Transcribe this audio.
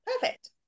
perfect